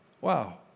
Wow